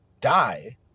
die